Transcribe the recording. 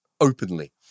openly